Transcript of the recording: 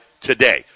today